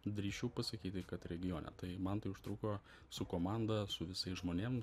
drįsčiau pasakyti kad regione tai man tai užtruko su komanda su visais žmonėm